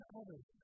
others